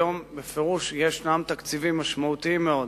היום בפירוש ישנם תקציבים משמעותיים מאוד,